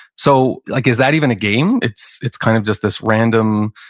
so like is that even a game? it's it's kind of just this random,